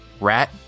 Rat